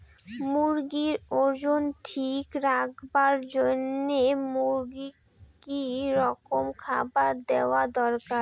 মুরগির ওজন ঠিক রাখবার জইন্যে মূর্গিক কি রকম খাবার দেওয়া দরকার?